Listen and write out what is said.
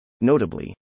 Notably